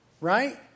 right